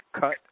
cut